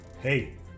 hey